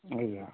ଆଜ୍ଞା